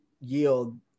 yield